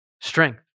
strength